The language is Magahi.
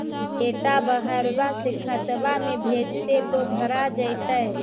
बेटा बहरबा से खतबा में भेजते तो भरा जैतय?